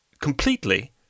completely